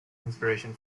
inspiration